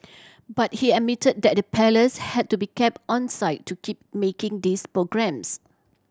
but he admitted that the Palace had to be kept onside to keep making these programmes